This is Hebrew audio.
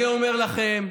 אני אומר לכם,